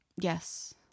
Yes